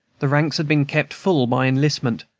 the ranks had been kept full by enlistment,